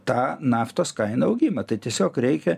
tą naftos kainų augimą tai tiesiog reikia